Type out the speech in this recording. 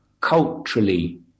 culturally